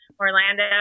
Orlando